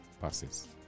passes